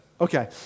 Okay